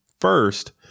first